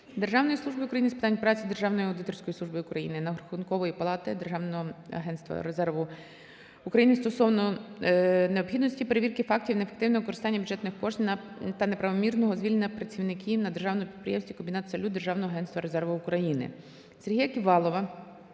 Державної служби України з питань праці, Державної аудиторської служби України, Рахункової палати, Державне агентства резерву України стосовно необхідності перевірки фактів неефективного використання бюджетних коштів та неправомірного звільнення працівників на Державному підприємстві "Комбінат "Салют" Державного агентства резерву України. Сергія Ківалова